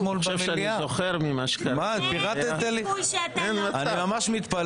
אתה חושב שאני זוכר --- אני ממש מתפלא